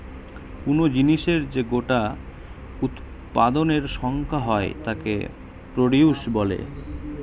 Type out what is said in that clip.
কুনো জিনিসের যে গোটা উৎপাদনের সংখ্যা হয় তাকে প্রডিউস বলে